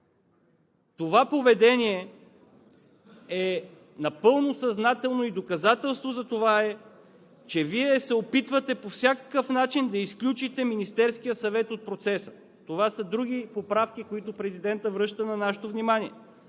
Това поведение е напълно съзнателно и доказателство за това е, че Вие се опитвате по всякакъв начин да изключите Министерския съвет от процеса. Това са други поправки, които президентът връща на нашето внимание.